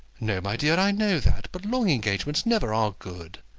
no, my dear i know that. but long engagements never are good.